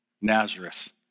Nazareth